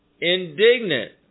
indignant